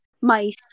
Mice